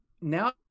now